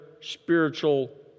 spiritual